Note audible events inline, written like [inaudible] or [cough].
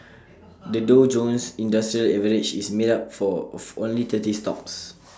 [noise] the Dow Jones industrial average is made up for of only thirty stocks